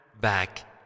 Back